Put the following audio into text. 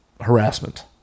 Harassment